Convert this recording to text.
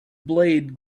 blade